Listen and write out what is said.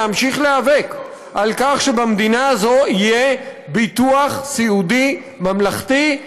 להמשיך להיאבק על כך שבמדינה הזאת יהיה ביטוח סיעודי ממלכתי,